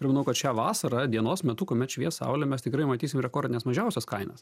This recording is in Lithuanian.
ir manau kad šią vasarą dienos metu kuomet švies saulė mes tikrai matysim rekordines mažiausias kainas